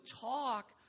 talk